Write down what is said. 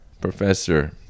professor